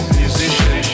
musician